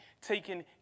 taken